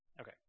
Okay